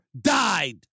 died